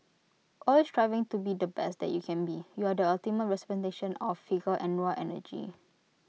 always striving to be the best you can be you are the ultimate representation of vigour and raw energy